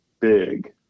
big